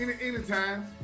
Anytime